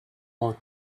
more